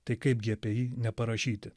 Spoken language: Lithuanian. tai kaipgi apie jį neparašyti